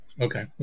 Okay